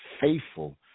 faithful